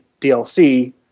DLC